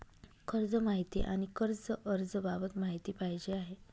कर्ज माहिती आणि कर्ज अर्ज बाबत माहिती पाहिजे आहे